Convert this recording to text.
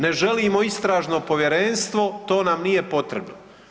Ne želimo istražno povjerenstvo, to nam nije potrebno.